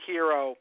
Hero